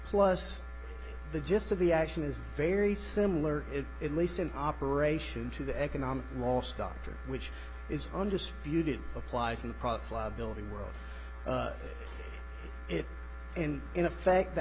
plus the gist of the action is very similar it at least in operation to the economic loss doctor which is undisputed applies in parts liability world it and in effect the